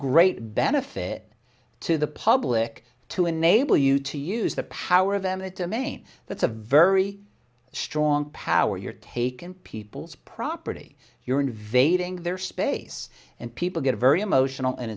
great benefit to the public to enable you to use the power of eminent domain that's a very strong power you're taken people's property you're invading their space and people get very emotional and